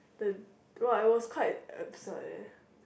the what I was quite absurd eh